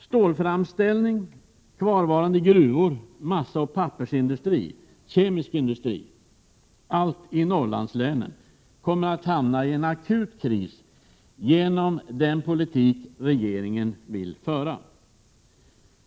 Stålframställning, kvarvarande gruvor, massaoch pappersindustri, kemisk industri — allt i Norrlandslänen — kommer att hamna i en akut kris genom den politik regeringen vill föra.